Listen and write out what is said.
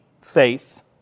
faith